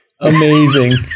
amazing